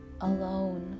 alone